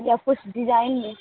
یا کچھ ڈیزائن ہے